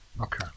Okay